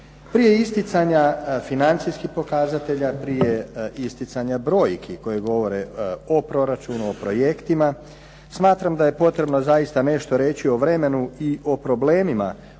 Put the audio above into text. Prije isticanja financijskih pokazatelja, prije isticanja brojki koje govore o proračunu, o projektima smatram da je potrebno zaista nešto reći o vremenu i o problemima u kojima